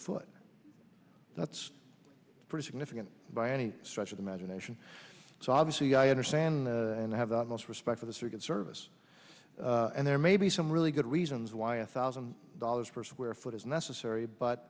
foot that's pretty significant by any stretch of imagination so obviously i understand and have the most respect for the circuit service and there may be some really good reasons why a thousand dollars per square foot is necessary but